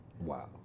Wow